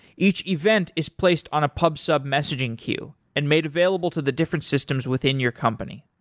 each event is placed on a pub-sub messaging queue and made available to the different systems within your company.